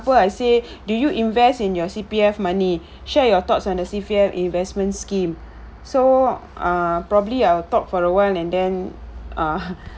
I say do you invest in your C_P_F money share your thoughts and the C_P_F investment scheme so ah probably I'll talk for awhile and then uh